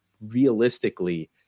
realistically